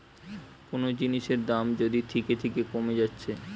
কুনো জিনিসের দাম যদি থিকে থিকে কোমে যাচ্ছে